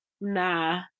nah